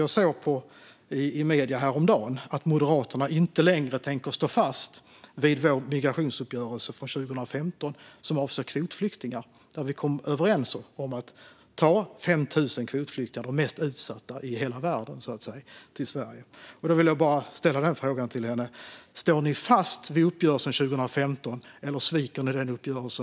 Jag såg i medierna häromdagen att Moderaterna inte längre tänker stå fast vid migrationsuppgörelsen från 2015 som avser kvotflyktingar. Vi kom då överens om att ta 5 000 kvotflyktingar - de mest utsatta i hela världen - till Sverige. Jag vill fråga henne om Moderaterna står fast vid uppgörelsen från 2015, eller sviker de även denna uppgörelse?